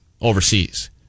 overseas